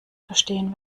verstehen